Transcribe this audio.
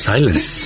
Silence